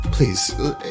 Please